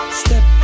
step